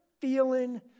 feeling